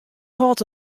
hâld